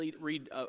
read